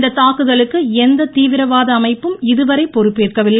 இந்த தாக்குதலுக்கு எந்த தீவிரவாத அமைப்பும் இதுவரை பொறுப்பேற்கவில்லை